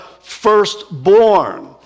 firstborn